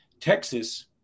Texas